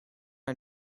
our